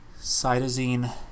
Cytosine